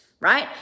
right